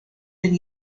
been